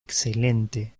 excelente